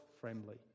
friendly